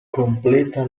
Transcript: completa